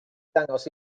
dangos